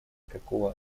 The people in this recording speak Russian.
какого